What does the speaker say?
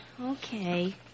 Okay